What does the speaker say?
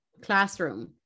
classroom